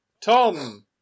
Tom